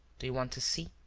do you want to see?